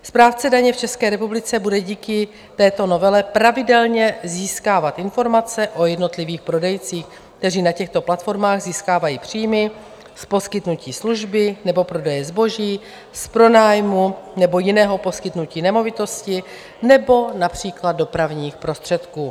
Správce daně v České republice bude díky této novele pravidelně získávat informace o jednotlivých prodejcích, kteří na těchto platformách získávají příjmy z poskytnutí služby nebo prodeje zboží, z pronájmu nebo jiného poskytnutí nemovitosti nebo například dopravních prostředků.